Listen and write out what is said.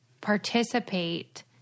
participate